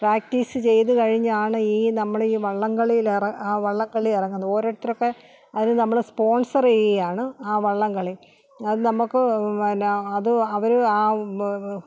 practice ചെയ്ത് കഴിഞ്ഞാണ് ഈ നമ്മൾ ഈ വള്ളംകളിയിലെ ആ വള്ളംകളി ഇറങ്ങുന്നത് ഒരോരുത്തർക്ക് അത് നമ്മൾ സ്പോൺസർ ചെയ്യുവാണ് ആ വള്ളംകളി അത് നമുക്ക് പിന്നെ അത് അവർ